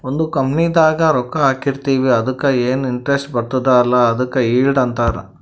ಒಂದ್ ಕಂಪನಿದಾಗ್ ರೊಕ್ಕಾ ಹಾಕಿರ್ತಿವ್ ಅದುಕ್ಕ ಎನ್ ಇಂಟ್ರೆಸ್ಟ್ ಬರ್ತುದ್ ಅಲ್ಲಾ ಅದುಕ್ ಈಲ್ಡ್ ಅಂತಾರ್